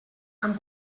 amb